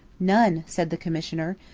none, said the commissioner.